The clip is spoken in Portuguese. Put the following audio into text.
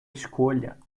escolha